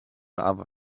other